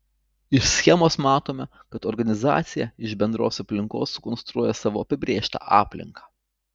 iš schemos matome kad organizacija iš bendros aplinkos sukonstruoja savo apibrėžtą aplinką